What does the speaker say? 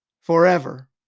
forever